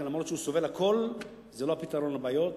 אף-על-פי שהוא סובל הכול, זה לא הפתרון לבעיות,